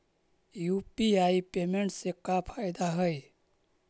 UPI payment से का फायदा है?